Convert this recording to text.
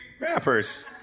rappers